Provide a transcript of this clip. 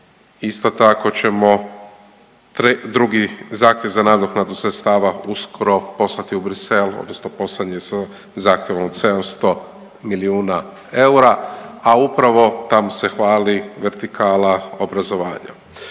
Isto tako ćemo drugi zahtjev za nadoknadu sredstava uskoro poslati u Bruxelles odnosno poslan je sa zahtjev od 700 milijuna eura, a upravo tamo se hvali vertikala obrazovanja,